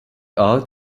art